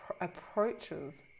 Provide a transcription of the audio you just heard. approaches